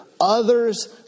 others